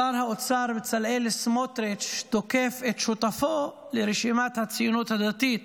שר האוצר בצלאל סמוטריץ' תוקף את שותפו לרשימת הציונות הדתית